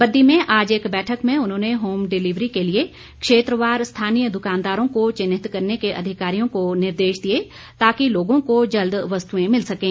बद्दी में आज एक बैठक में उन्होंने होम डिलीवरी के लिए क्षेत्रवाद स्थानीय दुकानदारों के चिन्हित करने के अधिकारियों को निर्देश दिए ताकि लोगों को जल्द वस्तुऐं मिल सकें